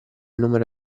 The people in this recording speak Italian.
numero